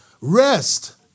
rest